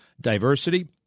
Diversity